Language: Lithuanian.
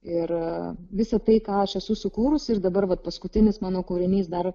ir visa tai ką aš esu sukūrusi ir dabar vat paskutinis mano kūrinys dar